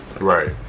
Right